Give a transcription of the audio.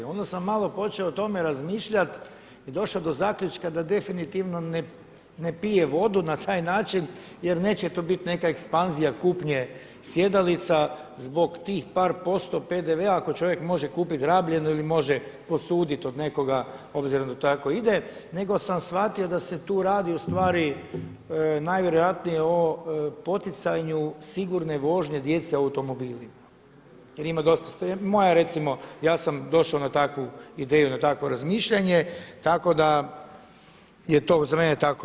Onda sam malo počeo o tome razmišljati i došao do zaključka da definitivno ne pije vodu na taj način jer neće tu biti neka ekspanzija kupnje sjedalica zbog tih par posto PDV-a ako čovjek može kupiti rabljenu ili može posuditi od nekoga obzirom da to tako ide, nego sam shvatio da se tu radi ustvari najvjerojatnije o poticanju sigurne vožnje djece u automobilima jer ima, moja je recimo ja sam došao na takvu ideju na takvo razmišljanje tako da je za mene to tako.